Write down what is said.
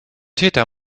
täter